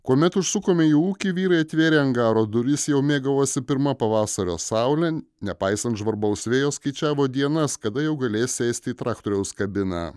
kuomet užsukome į ūkį vyrai atvėrę angaro duris jau mėgavosi pirma pavasario saule nepaisant žvarbaus vėjo skaičiavo dienas kada jau galės sėsti į traktoriaus kabiną